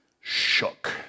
shook